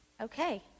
Okay